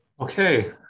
okay